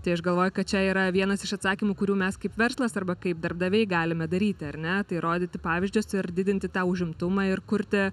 tai aš galvoju kad čia yra vienas iš atsakymų kurių mes kaip verslas arba kaip darbdaviai galime daryti ar ne tai rodyti pavyzdžius ir didinti tą užimtumą ir kurti